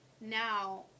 now